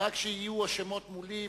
רק שיהיו השמות מולי.